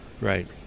Right